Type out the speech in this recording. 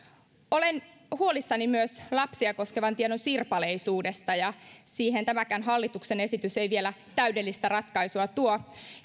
olen huolissani myös lapsia koskevan tiedon sirpaleisuudesta ja siihen tämäkään hallituksen esitys ei vielä täydellistä ratkaisua tuo